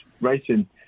racing